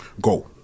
go